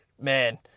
man